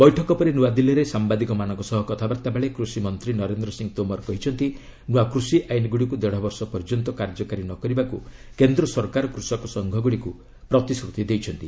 ବୈଠକ ପରେ ନ୍ତଆଦିଲ୍ଲୀରେ ସାମ୍ବାଦିକମାନଙ୍କ ସହ କଥାବାର୍ତ୍ତାବେଳେ କୃଷିମନ୍ତ୍ରୀ ନରେନ୍ଦ୍ର ସିଂହ ତୋମର କହିଛନ୍ତି ନୂଆ କୁଷି ଆଇନଗୁଡ଼ିକୁ ଦେଢ଼ବର୍ଷ ପର୍ଯ୍ୟନ୍ତ କାର୍ଯ୍ୟକାରୀ ନ କରିବାକୁ କେନ୍ଦ୍ର ସରକାର କୃଷକ ସଂଘଗୁଡ଼ିକୁ ପ୍ରତିଶ୍ରୁତି ଦେଇଛନ୍ତି